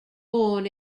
born